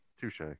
touche